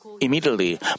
immediately